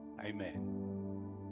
amen